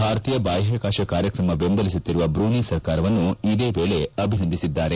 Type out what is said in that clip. ಭಾರತೀಯ ಬಾಹ್ಯಾಕಾಶ ಕಾರ್ಯಕ್ರಮ ಬೆಂಬಲಿಸುತ್ತಿರುವ ಬ್ರೂನಿ ಸರ್ಕಾರವನ್ನು ಇದೇ ವೇಳೆ ಅಭಿನಂದಿಸಿದ್ದಾರೆ